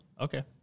Okay